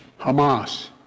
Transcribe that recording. Hamas